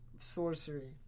sorcery